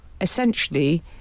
essentially